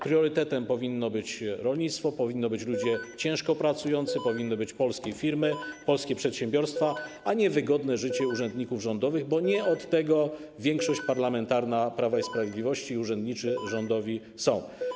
Priorytetem powinno być rolnictwo, powinni być ludzie ciężko pracujący, powinny być polskie firmy, polskie przedsiębiorstwa, a nie wygodne życie urzędników rządowych, bo nie od tego większość parlamentarna Prawa i Sprawiedliwości i urzędnicy rządowi są.